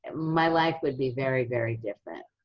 my life would be very, very different.